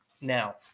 Now